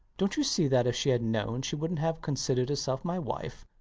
dont you see that if she had known, she wouldnt have considered herself my wife?